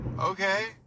okay